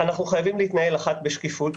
אנחנו חייבים להתנהל בשקיפות